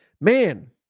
man